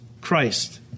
Christ